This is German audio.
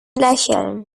lächeln